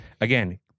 Again